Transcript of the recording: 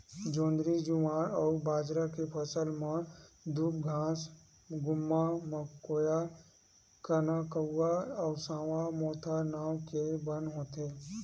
जोंधरी, जुवार अउ बाजरा के फसल म दूबघास, गुम्मा, मकोया, कनकउवा, सावां, मोथा नांव के बन होथे